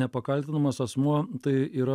nepakaltinamas asmuo tai yra